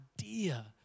idea